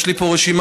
יש לי פה רשימה,